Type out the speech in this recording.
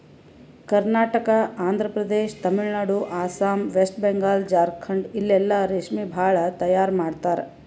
Karnataka, Andhra Pradesh, Tamil Nadu, Assam, West Bengal, Jharkhand ಇಲ್ಲೆಲ್ಲಾ ರೇಶ್ಮಿ ಭಾಳ್ ತೈಯಾರ್ ಮಾಡ್ತರ್